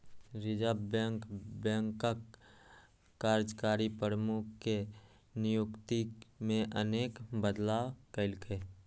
reserve bank बैंकक कार्यकारी प्रमुख के नियुक्ति मे अनेक बदलाव केलकै